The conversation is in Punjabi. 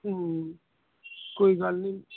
ਕੋਈ ਗੱਲ ਨਹੀਂ